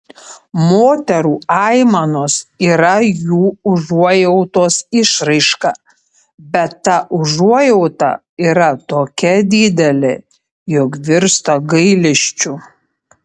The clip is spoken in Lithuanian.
moterų aimanos yra jų užuojautos išraiška bet ta užuojauta yra tokia didelė jog virsta gailesčiu